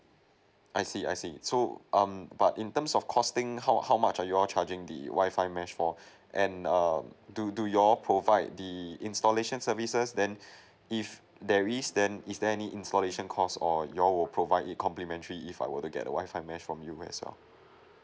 I see I see so um but in terms of costing how how much are you all charging the WI-FI mesh for and um do do you all provide the installation services then if there is then is there any installation cost or you all will provide it complimentary if I were to get the WI-FI mesh from you as well